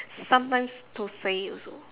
sometimes thosai also